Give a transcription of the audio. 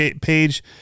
page